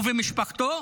הוא ומשפחתו,